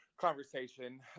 conversation